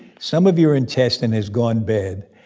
some of your intestine has gone bad,